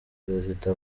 perezida